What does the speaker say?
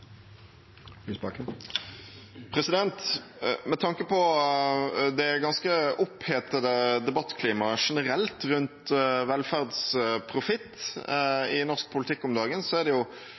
Med tanke på det ganske opphetede debattklimaet generelt rundt velferdsprofitt i norsk politikk om dagen er det